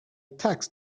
tax